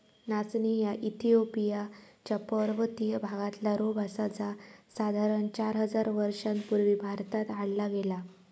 नाचणी ह्या इथिओपिया च्या पर्वतीय भागातला रोप आसा जा साधारण चार हजार वर्षां पूर्वी भारतात हाडला गेला